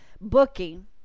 booking